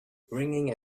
ringing